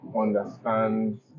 understand